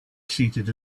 seated